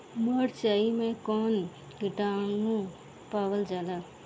मारचाई मे कौन किटानु पावल जाला?